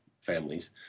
families